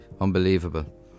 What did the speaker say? unbelievable